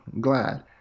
Glad